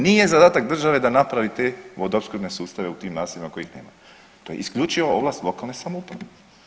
Nije zadatak države da napravi te vodoopskrbne sustave u tim naseljima kojih nema, to je isključivo ovlast lokalne samouprave.